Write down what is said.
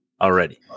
Already